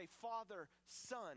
father-son